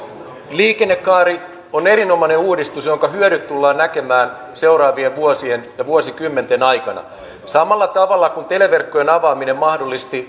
liikennekaari on erinomainen uudistus jonka hyödyt tullaan näkemään seuraavien vuosien ja vuosikymmenten aikana samalla tavalla kuin televerkkojen avaaminen mahdollisti